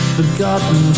Forgotten